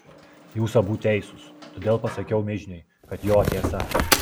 jūs abu teisūs todėl pasakiau mižniui kad jo tiesa